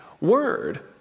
word